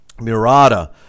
Murata